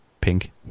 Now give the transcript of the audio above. pink